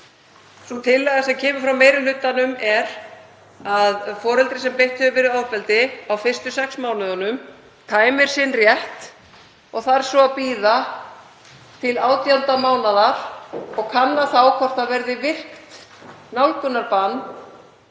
Sú tillaga sem kemur frá meiri hlutanum er að foreldri sem beitt hefur verið ofbeldi á fyrstu sex mánuðunum tæmir sinn rétt og þarf svo að bíða til átjánda mánaðar og kanna þá hvort það verði virkt nálgunarbann